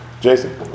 Jason